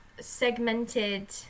segmented